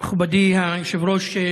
מכובדי היושב-ראש,